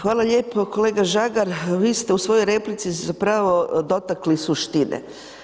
Hvala lijepo kolega Žagar, vi ste u svojoj replici se zapravo dotakli suštine.